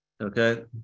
okay